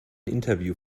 interview